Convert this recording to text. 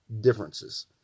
differences